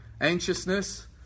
anxiousness